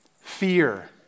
Fear